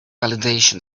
validation